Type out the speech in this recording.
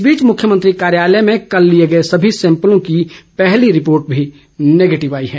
इस बीच मुख्यमंत्री कार्यालय में कल लिए गए सभी सैंपलों की पहली रिपोर्ट भी नेगेटिव आई है